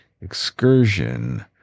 excursion